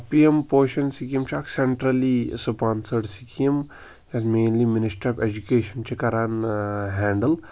P M Poshan scheme چھِ اَکھ centrally sponsored scheme یَتھ مینلی مِنِسٹَر آف اٮ۪جُکیشَن چھِ کَران ہینٛڈٕل